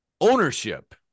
ownership